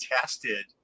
tested